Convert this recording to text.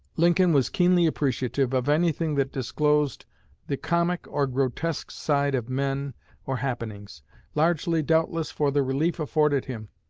lincoln was keenly appreciative of anything that disclosed the comic or grotesque side of men or happenings largely, doubtless, for the relief afforded him.